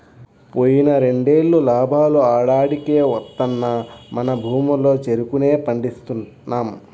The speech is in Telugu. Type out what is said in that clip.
పోయిన రెండేళ్ళు లాభాలు ఆడాడికే వత్తన్నా మన భూముల్లో చెరుకునే పండిస్తున్నాం